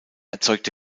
erzeugte